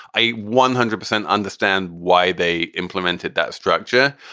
i one hundred percent understand why they implemented that structure.